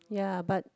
ya but